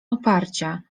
oparcia